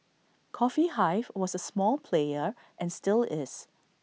coffee hive was A small player and still is